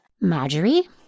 Marjorie